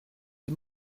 des